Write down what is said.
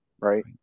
right